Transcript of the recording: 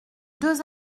deux